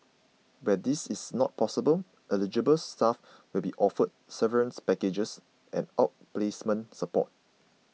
where this is not possible eligible staff will be offered severance packages and outplacement support